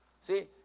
See